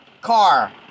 car